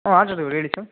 ಹಾಂ ಆಟೋದವ್ರು ಹೇಳಿ ಸರ್